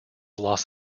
los